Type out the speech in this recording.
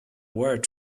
word